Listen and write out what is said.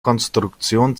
konstruktion